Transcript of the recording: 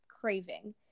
craving